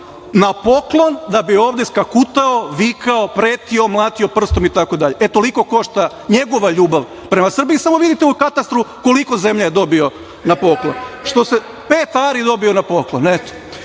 na poklon da bi ovde skakutao, vikao, pretio, mlatio prstom itd. Toliko košta njegova ljubav prema Srbiji. Samo vidite u katastru koliko je zemlje dobio na poklon. Pet ari je dobio na poklon.